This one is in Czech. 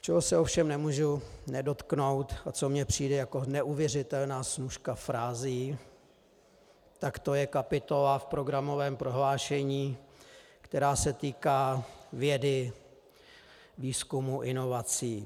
Čeho se ovšem nemůžu nedotknout a co mi přijde jako neuvěřitelná snůška frází, to je kapitola v programovém prohlášení, která se týká vědy, výzkumu, inovací.